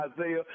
Isaiah